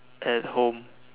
at home